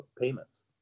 payments